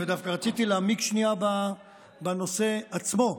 דווקא רציתי להעמיק שנייה בנושא עצמו.